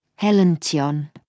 Helention